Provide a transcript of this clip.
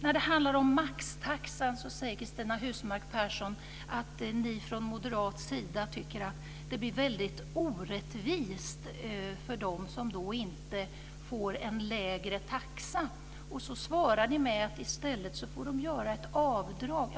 När det handlar om maxtaxan säger Cristina Husmark Pehrsson att Moderaterna tycker att det blir väldigt orättvist för dem som inte får en lägre taxa. Sedan svarar ni med att de i stället får göra ett avdrag.